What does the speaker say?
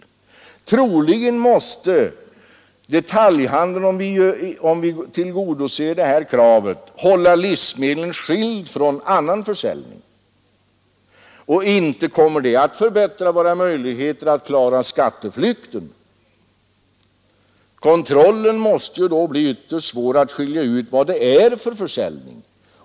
Om detta krav tillgodosågs skulle detaljhandeln troligen bli tvungen att hålla livsmedlen skilda från annan försäljning — och inte kommer det då att förbättra våra möjligheter att klara skatteflykten! Då måste kontrollen bli ytterst svår, när man skall skilja ut vad det är fråga om för försäljning.